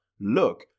look